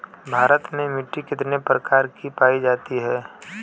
भारत में मिट्टी कितने प्रकार की पाई जाती हैं?